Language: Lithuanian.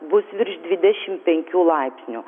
bus virš dvidešim penkių laipsnių